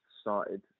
started